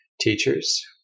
teachers